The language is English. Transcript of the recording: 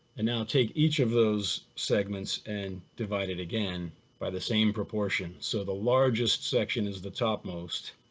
and now take each of those segments and divide it again by the same proportion. so the largest section is the topmost